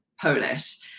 Polish